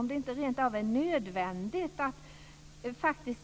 Är det inte rentav nödvändigt att